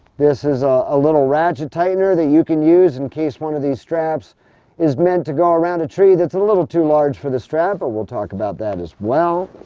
this is ah a little ratchet tightener that you can use in case one of these straps is meant to go around a tree that's a little too large for the strap, but we'll talk about that as well.